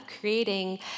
creating